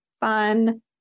fun